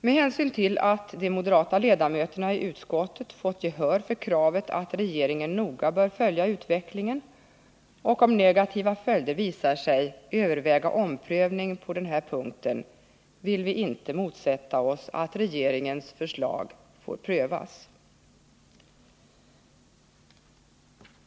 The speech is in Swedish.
Med hänsyn till att de moderata ledamöterna i utskottet fått gehör för kravet att regeringen noga skall följa utvecklingen och, om negativa följder visar sig, överväga omprövning på denna punkt vill vi inte motsätta oss att regeringens förslag får prövas.